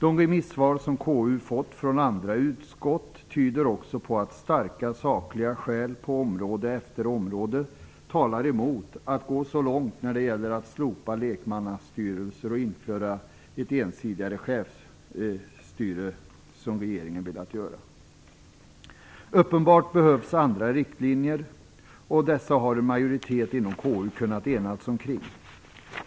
De remissvar som KU fått från andra utskott tyder också på att det finns starka sakliga skäl, på område efter område, som talar emot att gå så långt som regeringen velat göra när det gäller att slopa lekmannastyrelser och införa ett ensidigare chefstyre. Uppenbarligen behövs andra riktlinjer. Dessa har en majoritet i KU kunnat enas kring.